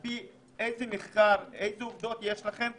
איזה מחקר ואלו עובדות יש לכם?